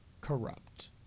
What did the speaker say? corrupt